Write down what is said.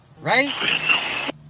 Right